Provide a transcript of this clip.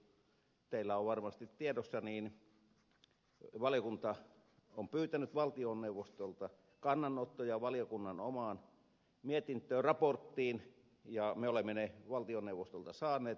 niin kuin teillä on varmasti tiedossa valiokunta on pyytänyt valtioneuvostolta kannanottoja valiokunnan omaan raporttiin ja me olemme ne valtioneuvostolta saaneet